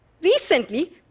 Recently